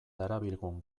darabilgun